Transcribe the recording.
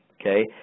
Okay